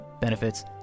benefits